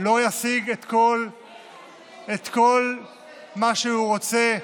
לא ישיג את כל מה שהוא רוצה.